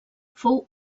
fou